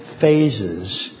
phases